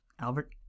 Albert